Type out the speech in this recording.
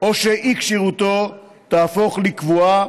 או שאי-כשירותו תהפוך לקבועה,